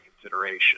consideration